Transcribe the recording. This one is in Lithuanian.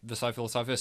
visoj filosofijos